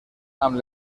amb